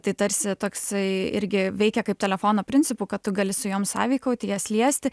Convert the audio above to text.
tai tarsi toksai irgi veikia kaip telefono principu kad tu gali su jom sąveikauti jas liesti